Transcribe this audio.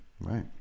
right